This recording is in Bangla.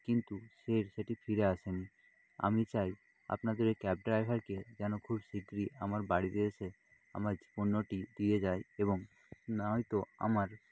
কিন্তু ফের সেটি ফিরে আসে নি আমি চাই আপনাদের ওই ক্যাব ড্রাইভারকে যেন খুব শিগ্রী আমার বাড়িতে এসে আমার যে পণ্যটি দিয়ে যায় এবং নায়তো আমার